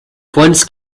funds